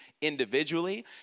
individually